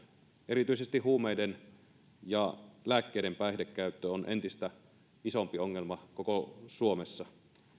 erityisesti huumeiden ja lääkkeiden päihdekäyttö on entistä isompi ongelma koko suomessa